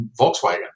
Volkswagen